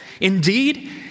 Indeed